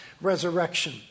resurrection